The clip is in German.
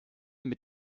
mit